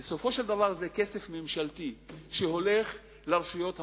בסופו של דבר זה כסף ממשלתי שהולך לרשויות המקומיות.